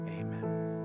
Amen